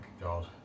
God